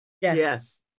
Yes